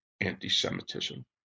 anti-Semitism